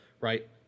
Right